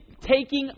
taking